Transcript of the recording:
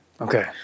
Okay